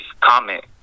comment